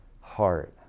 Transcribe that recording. heart